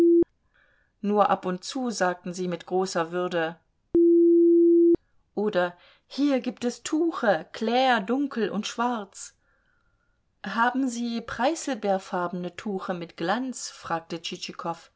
nur ab und zu sagten sie mit großer würde oder hier gibt es tuche clair dunkel und schwarz haben sie preißelbeerfarbene tuche mit glanz fragte